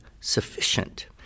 sufficient